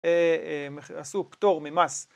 עשו פטור ממס